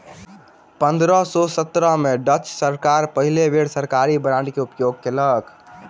पंद्रह सौ सत्रह में डच सरकार पहिल बेर सरकारी बांड के उपयोग कयलक